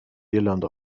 irland